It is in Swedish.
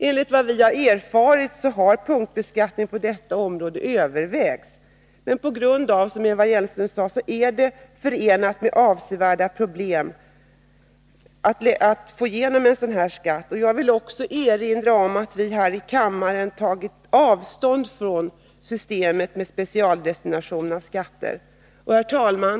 Enligt vad vi har erfarit har punktbeskattning på detta område övervägts. Men som Eva Hjelmström sade är det förenat med avsevärda problem att införa en sådan här skatt. Jag vill också erinra om att vi här i kammaren har tagit avstånd från systemet med specialdestination av skatter. Herr talman!